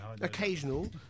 occasional